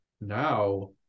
Now